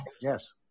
Yes